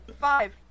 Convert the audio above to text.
five